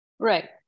Right